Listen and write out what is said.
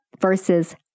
versus